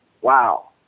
wow